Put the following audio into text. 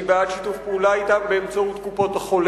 אני בעד שיתוף פעולה אתם באמצעות קופות-החולים,